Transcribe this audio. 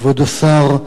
כבוד השר,